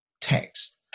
text